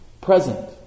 Present